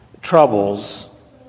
troubles